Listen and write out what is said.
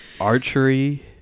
Archery